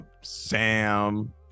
Sam